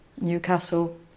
Newcastle